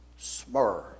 Smur